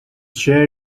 share